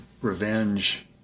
revenge